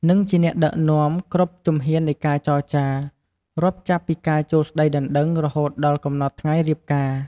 និងជា អ្នកដឹកនាំ គ្រប់ជំហាននៃការចរចា រាប់ចាប់ពីការចូលស្ដីដណ្ដឹងរហូតដល់កំណត់ថ្ងៃរៀបការ។